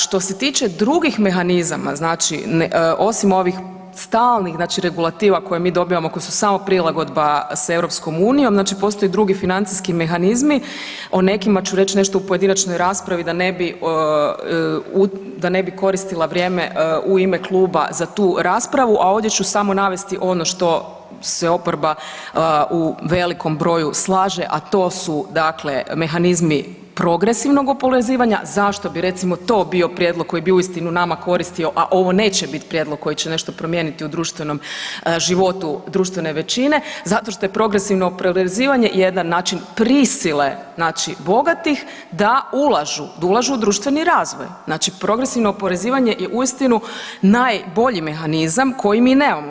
Što se tiče drugih mehanizama osim ovih stalnih regulativa koje mi dobivamo, koje su samo prilagodba s EU postoji drugi financijski mehanizmi, o nekima ću reći nešto u pojedinačnoj raspravi da ne bi koristila vrijeme u ime kluba za tu raspravu, a ovdje ću samo navesti ono što se oporba u velikom broju slaže, a to su mehanizmi progresivnog oporezivanja zašto bi to recimo bio prijedlog koji bi uistinu nama koristio, a ovo neće biti prijedlog koji će nešto promijeniti u društvenom životu društvene većine zato što je progresivno oporezivanje jedan način prisile bogatih da ulažu, da ulažu u društveni razvoj. znači progresivno oporezivanje je uistinu najbolji mehanizam koji mi nemamo.